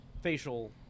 facial